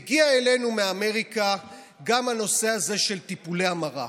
מגיע אלינו מאמריקה גם הנושא הזה של טיפולי המרה.